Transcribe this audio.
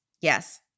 Yes